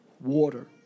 water